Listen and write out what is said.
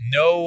no